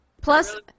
Plus